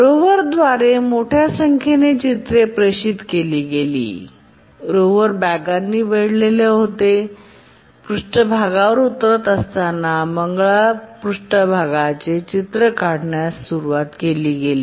रोव्हरद्वारे मोठ्या संख्येने चित्रे प्रेषित केली गेली रोव्हर बॅगांनी वेढलेले होते पृष्ठभागावर उतरत असताना मंगळाच्या पृष्ठभागाचे चित्र काढण्यास सुरवात केली